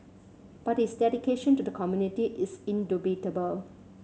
but his dedication to the community is indubitable